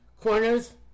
corners